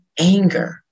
anger